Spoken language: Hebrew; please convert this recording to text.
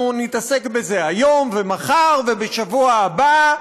אנחנו נתעסק בזה היום ומחר ובשבוע הבא,